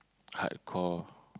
hardcore